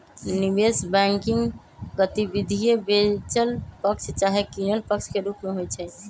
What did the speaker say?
निवेश बैंकिंग गतिविधि बेचल पक्ष चाहे किनल पक्ष के रूप में होइ छइ